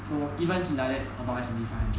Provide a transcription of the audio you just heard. so even he like that about S&P five hundred